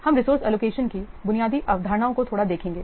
हम resource allocation की बुनियादी अवधारणाओं को थोड़ा देखेंगे